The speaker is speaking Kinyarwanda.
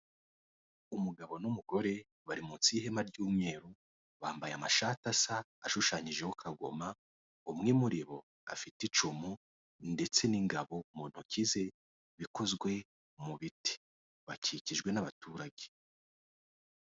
Umugabo n'umugore bari munsi y'ihema ry'umweru bambaye amashati asa ashushanyijeho kagoma, umwe muri bo afite icumu ndetse n'ingabo mu ntoki ze bikozwe mu biti bakikijwe n'abaturage.